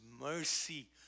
mercy